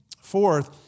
Fourth